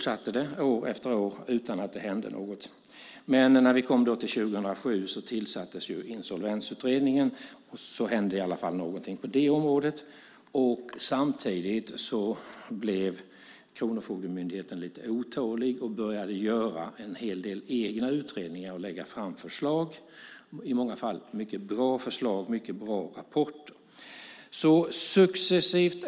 Sedan gick år efter år utan att något hände. Men 2007 tillsattes Insolvensutredningen. Därmed hände i alla fall någonting på området. Samtidigt blev man hos Kronofogdemyndigheten lite otålig och började göra en hel del egna utredningar och lägga fram förslag - i många fall mycket bra förslag och även mycket bra rapporter.